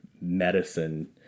medicine